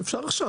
אפשר עכשיו.